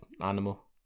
animal